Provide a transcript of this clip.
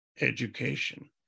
education